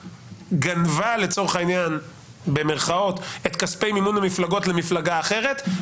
"גנבה" לצורך העניין את כספי מימון המפלגות למפלגה אחרת,